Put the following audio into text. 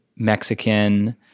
Mexican